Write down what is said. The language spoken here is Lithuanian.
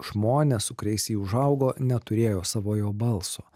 žmonės su kuriais ji užaugo neturėjo savojo balso